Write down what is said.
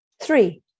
Three